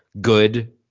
good